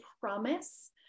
promise